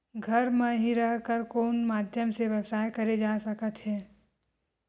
घर म हि रह कर कोन माध्यम से व्यवसाय करे जा सकत हे?